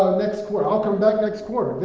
ah next quarter. i'll come back next quarter.